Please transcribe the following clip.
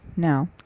Now